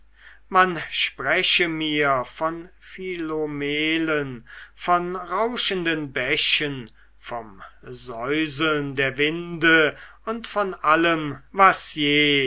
man spreche mir von philomelen von rauschenden bächen vom säuseln der winde und von allem was je